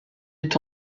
est